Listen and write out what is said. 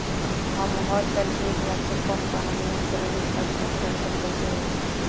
हम हर साल एक लाख से कम कमाली हम क्रेडिट कार्ड खातिर आवेदन कैसे होइ?